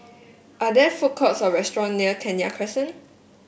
are there food courts or restaurants near Kenya Crescent